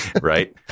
right